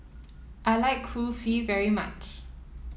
I like Kulfi very much